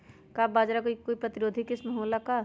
का बाजरा के कोई प्रतिरोधी किस्म हो ला का?